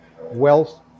wealth